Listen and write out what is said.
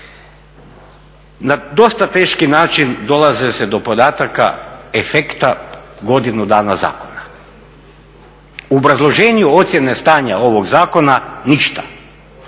Na dosta teški način dolazi se do podataka efekta godinu dana zakona. U obrazloženju ocjene stanja ovog zakona ništa.